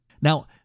Now